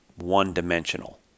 one-dimensional